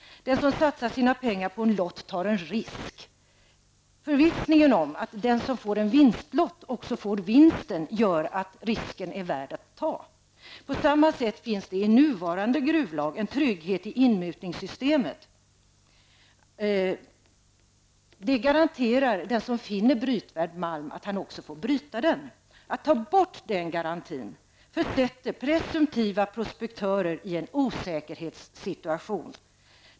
Den som satsar sina pengar på en lott tar en risk. Förvissningen om att den som får en vinstlott också får vinsten, gör att risken är värd att ta. På samma sätt finns det i nuvarande gruvlag en trygghet i inmutningssystemet. Det garanterar att den som finner brytvärd malm också får bryta den. Att ta bort den garantin försätter presumtiva prospektörer i en osäkerhetssituation.